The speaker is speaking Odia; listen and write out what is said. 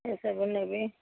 ଏସବୁ ନେବି